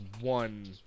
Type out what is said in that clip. one